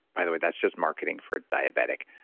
by the way, that's just marketing for diabetic,